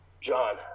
John